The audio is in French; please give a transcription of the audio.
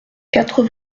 quatre